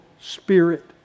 Spirit